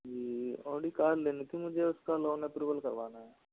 जी Audi car लेनी थी मुझे उसका लोन अप्रूवल करवाना है